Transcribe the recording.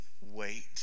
wait